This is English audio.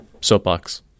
soapbox